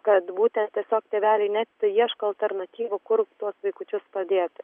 kad būtent tiesiog tėveliai net ieško alternatyvų kur tuos vaikučius padėti